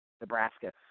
Nebraska